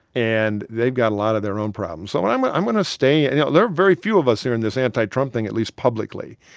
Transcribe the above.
and they've got a lot of their own problems. so and i'm ah i'm going to stay. you and know, there are very few of us here in this anti-trump thing, at least publicly.